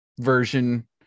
version